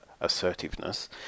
assertiveness